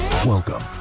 Welcome